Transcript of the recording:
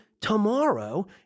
tomorrow